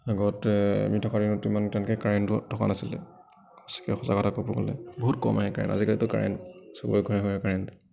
আগতে আমি থকা দিনত তিমানটো তেনেকৈ কাৰেণ্টটো থকা নাছিলে সঁচাকৈ সঁচা কথা ক'ব গ'লে বহুত কম আহে কাৰেণ্ট আজিকালিতো কাৰেণ্ট চবৰে ঘৰে ঘৰে কাৰেণ্ট